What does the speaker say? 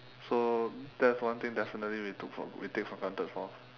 so that's one thing definitely we took for we take for granted for